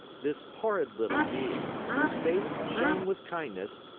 this horrid little being, whose face shone with kindness,